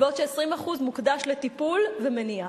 ו-20% מוקדשים לטיפול ומניעה.